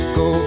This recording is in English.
go